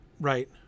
right